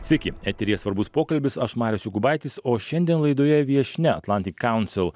sveiki eteryje svarbus pokalbis aš marius jokūbaitis o šiandien laidoje viešnia atlantic council